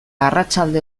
arratsalde